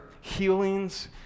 healings